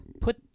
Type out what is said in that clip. put